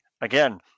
again